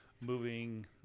moving